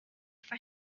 for